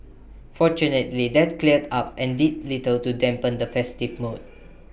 fortunately that cleared up and did little to dampen the festive mood